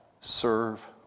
Serve